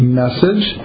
message